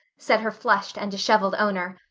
said her flushed and disheveled owner.